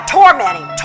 tormenting